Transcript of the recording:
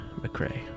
McRae